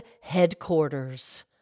Headquarters